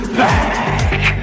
back